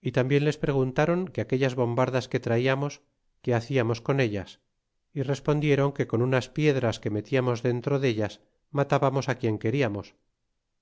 y tambien les preguntaron que aquellas bombardas que traiarnos que haciamos con ellas y respondieron que con unas piedras que metíamos dentro dellas matábamos quien queriamos